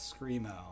screamo